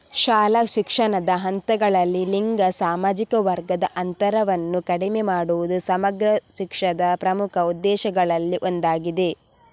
ಶಾಲಾ ಶಿಕ್ಷಣದ ಹಂತಗಳಲ್ಲಿ ಲಿಂಗ ಸಾಮಾಜಿಕ ವರ್ಗದ ಅಂತರವನ್ನು ಕಡಿಮೆ ಮಾಡುವುದು ಸಮಗ್ರ ಶಿಕ್ಷಾದ ಪ್ರಮುಖ ಉದ್ದೇಶಗಳಲ್ಲಿ ಒಂದಾಗಿದೆ